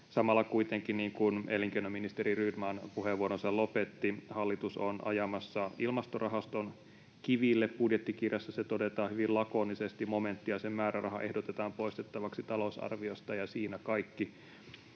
Samalla kuitenkin, niin kuin elinkeinoministeri Rydman puheenvuoronsa lopetti, hallitus on ajamassa Ilmastorahaston kiville. Budjettikirjassa se todetaan hyvin lakonisesti: ”Momentti ja sen määräraha ehdotetaan poistettavaksi talousarviosta”, ja siinä kaikki.